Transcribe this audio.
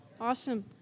awesome